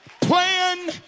Plan